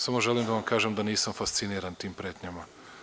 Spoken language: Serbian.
Samo želim da vam kažem da nisam fasciniran tim pretnjama.